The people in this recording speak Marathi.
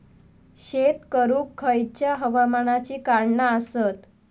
शेत करुक खयच्या हवामानाची कारणा आसत?